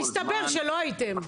מסתבר שלא הייתם.